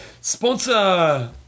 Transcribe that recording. Sponsor